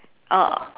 uh